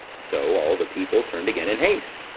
so all the people turned again in haste,